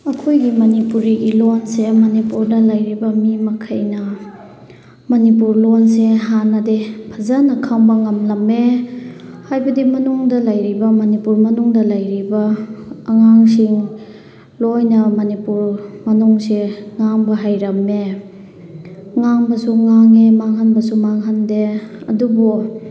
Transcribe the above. ꯑꯩꯈꯣꯏꯒꯤ ꯃꯅꯤꯄꯨꯔꯤ ꯂꯣꯟꯁꯦ ꯃꯅꯤꯄꯨꯔꯗ ꯂꯩꯔꯤꯕ ꯃꯤ ꯃꯈꯩꯅ ꯃꯅꯤꯄꯨꯔ ꯂꯣꯟꯁꯦ ꯍꯥꯟꯅꯗꯤ ꯐꯖꯅ ꯈꯪꯕ ꯉꯝꯂꯝꯃꯦ ꯍꯥꯏꯕꯗꯤ ꯃꯅꯨꯡꯗ ꯂꯩꯔꯤꯕ ꯃꯅꯤꯄꯨꯔ ꯃꯅꯨꯡꯗ ꯂꯩꯔꯤꯕ ꯑꯉꯥꯡꯁꯤꯡ ꯂꯣꯏꯅ ꯃꯅꯤꯄꯨꯔ ꯃꯅꯨꯡꯁꯦ ꯉꯥꯡꯕ ꯍꯩꯔꯝꯃꯦ ꯉꯥꯡꯕꯁꯨ ꯉꯥꯡꯉꯦ ꯃꯥꯡꯍꯟꯕꯁꯨ ꯃꯥꯡꯍꯟꯗꯦ ꯑꯗꯨꯕꯨ